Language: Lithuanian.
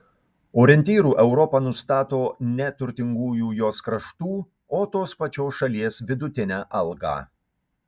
orientyru europa nustato ne turtingųjų jos kraštų o tos pačios šalies vidutinę algą